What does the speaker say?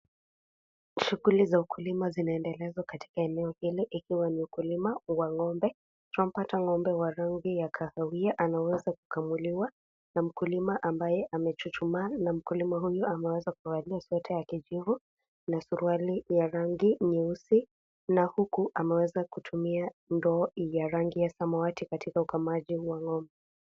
Shughuli za ukulima zinaendelezwa katika eneo hili, ikiwa ni ukulima wa ng'ombe. Tunampata ng'ombe wa rangi ya kahawia anayeweza kukamuliwa, na mkulima ambaye amechuchumaa na mkulima huyu ameweza kuvalia sweater ya kijivu, na suruali ya rangi nyeusi, na huku ameweza kutumia ndoo iliyo ya rangi ya samawati katika ukamaji huu wa ng'ombe.